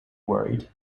worried